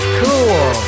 cool